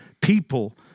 people